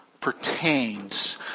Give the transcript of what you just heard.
pertains